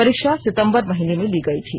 परीक्षा सिंतबर महीने में ली गई थी